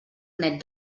net